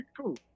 cool